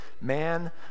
man